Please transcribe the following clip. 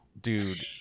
dude